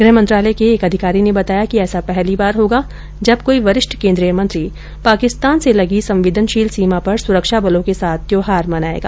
गृह मंत्रालय के एक अधिकारी ने बताया कि ऐसा पहली बार होगा जब कोई वरिष्ठ केन्द्रीय मंत्री पाकिस्तान से लगी संवेदनशील सीमा पर सुरक्षा बलों के साथ त्यौाहार मनाएगा